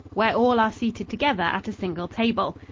where all are seated together at a single table.